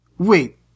Wait